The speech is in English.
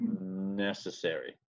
necessary